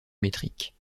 métrique